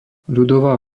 ľudová